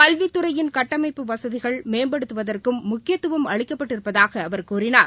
கல்வித்துறையின் வசதிகள் கட்டமைப்பு மேம்படுத்துவதற்கும் முக்கியத்துவம் அளிக்கப்பட்டிருப்பதாக அவர் கூறினார்